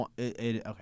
Okay